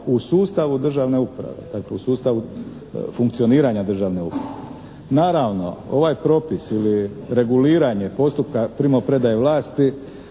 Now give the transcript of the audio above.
u sustavu državne uprave, dakle u sustavu funkcioniranja državne uprave. Naravno ovaj propis ili reguliranje postupka primopredaje vlasti